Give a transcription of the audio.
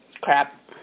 Crap